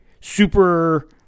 super